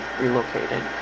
relocated